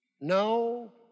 no